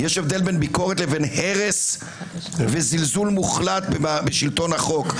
יש הבדל בין ביקורת לבין הרס וזלזול מוחלט בשלטון החוק.